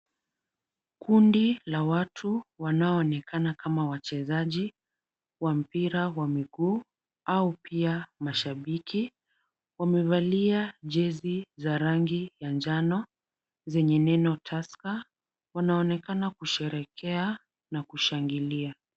Kundi la watu wanaonekana kama wachezaji wa mpira wa miguu au pia mashabiki, wamevalia jezi za rangi ya njano zenye neno tusker. Wanaonekana kusherehekea na kushangilia.